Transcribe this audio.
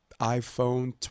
iPhone